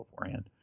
beforehand